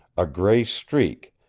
a gray streak,